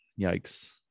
Yikes